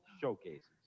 showcases